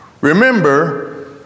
Remember